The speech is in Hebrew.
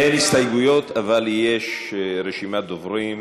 אין הסתייגויות, אבל יש רשימת דוברים.